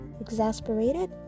exasperated